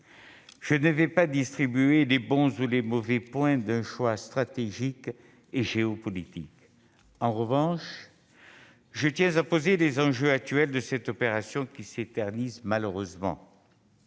Je ne vais pas distribuer les bons ou les mauvais points de ce choix stratégique et géopolitique. En revanche, je tiens à poser les enjeux actuels de cette opération, qui s'éternise malheureusement.